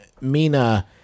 Mina